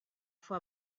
fue